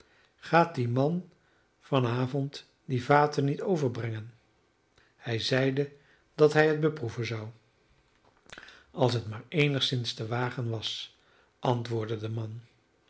gaat die man van avond die vaten niet overbrengen hij zeide dat hij het beproeven zou als het maar eenigszins te wagen was antwoordde de man